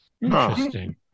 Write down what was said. interesting